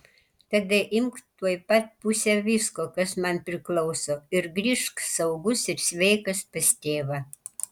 tada imk tuoj pat pusę visko kas man priklauso ir grįžk saugus ir sveikas pas tėvą